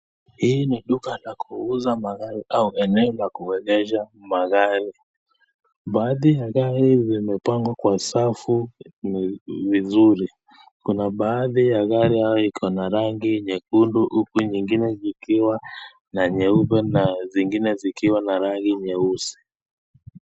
Hii ni duka la kuuza magari au eneo la kuegesha magari. Baadhi ya gari zimepangwa kwa safu vizuri. Kuna baadhi ya gari hayo iko na rangi nyekundu, huku nyingine zikiwa na nyeupe na zingine zikiwa na rangi nyeusi.